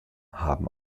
haben